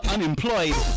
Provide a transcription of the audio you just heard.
Unemployed